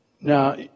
Now